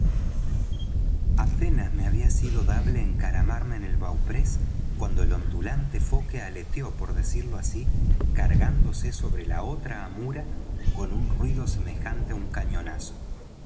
apenas me había sido dable encaramarme en el bauprés cuando el ondulante foque aleteó por decirlo así cargándose sobre la otra amura con un ruido semejante á un cañonazo